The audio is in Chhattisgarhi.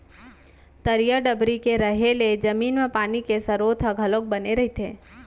तरिया डबरी के रहें ले जमीन म पानी के सरोत ह घलोक बने रहिथे